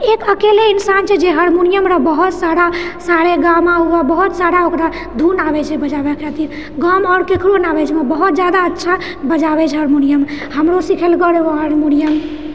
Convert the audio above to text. एक अकेले इन्सान छेै जे हार्मोनियम बहुत सारा सा रे गा मा हुए बहुतसारा ओकरा धुन आबैछेै बजाबए खातिर गाँवमे आओर केकरो नहि आबैछेै ओ बहुत अच्छा बजाबए छै हार्मोनियम हमरो सिखेलकेै हँ ओ हार्मोनियम